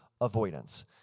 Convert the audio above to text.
avoidance